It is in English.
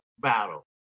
battle